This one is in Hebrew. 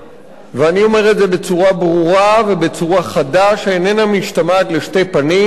ואני אומר את זה בצורה ברורה ובצורה חדה שאיננה משתמעת לשתי פנים,